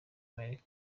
amerika